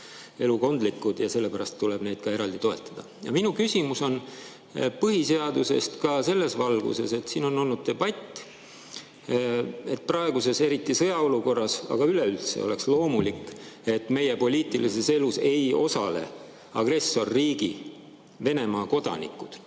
lapsest ja sellepärast tuleb neid ka eraldi toetada. Minu küsimus [tuleneb] põhiseadusest ka selles valguses, et siin on olnud debatt, et eriti praeguses sõjaolukorras, aga ka üleüldse oleks loomulik, et meie poliitilises elus ei osale agressorriigi Venemaa kodanikud.